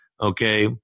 Okay